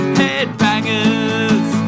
headbangers